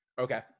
Okay